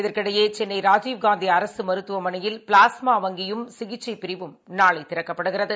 இதற்கிடையேசென்னராஜீவ்காந்திஅரசுமருத்துவமனையில் plasma வங்கியும் சிகிச்சைபிரிவும் நாளைதிறக்கப்படுகிறது